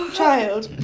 child